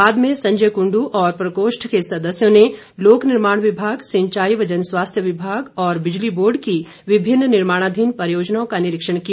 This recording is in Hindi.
बाद में संजय कुंडू और प्रकोष्ठ के सदस्यों ने लोक निर्माण विभाग सिंचाई एवं जनस्वास्थ्य विभाग और बिजली बोर्ड की विभिन्न निर्माणाधीन परियोजनाओं का निरीक्षण किया